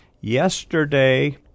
Yesterday